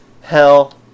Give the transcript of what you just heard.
hell